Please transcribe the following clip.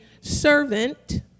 servant